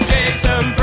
Jason